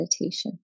meditation